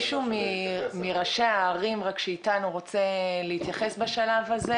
מישהו מראשי הערים שאיתנו רוצה להתייחס בשלב הזה